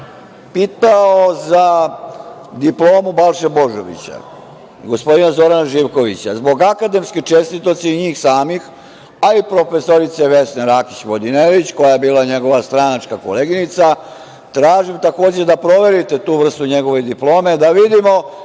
pitao za diplomu Balše Božovića, gospodina Zorana Živkovića, zbog akademske čestitosti njih samih, a i profesorice Vesne Rakić Vodinelić, koja je bila njegova stranačka koleginica, tražim, takođe, da proverite tu vrstu njegove diplome, da vidimo